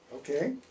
Okay